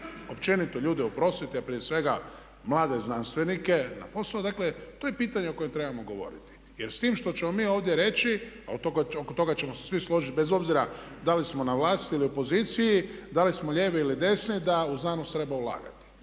općenito ljude u prosvjeti a prije svega mlade znanstvenike na posao, dakle to je pitanje o kojem trebamo govoriti jer s tim što ćemo mi ovdje reći a oko toga ćemo se svi složiti bez obzira da li smo na vlasti ili opoziciji, da li smo lijevi ili desni da u znanost treba ulagati,